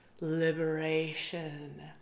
liberation